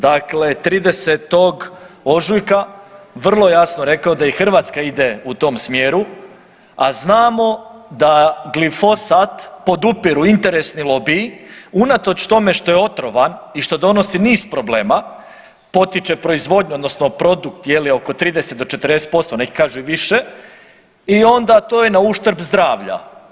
Dakle, 30. ožujka vrlo jasno rekao da i Hrvatska ide u tom smjeru a znamo da glifosat podupiru interesni lobiji unatoč tome što je otrovan i što donosi niz problema, potiče proizvodnju odnosno produkt oko 30 do 40%, neki kažu i više i onda to je nauštrb zdravlja.